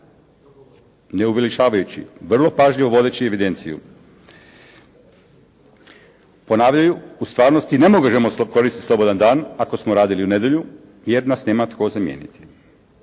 Ne uveličavajući. Vrlo pažljivo vodeći evidenciju. Ponavljaju: «U stvarnosti ne možemo koristiti slobodan dan ako smo radili u nedjelju jer nas nema tko zamijeniti.»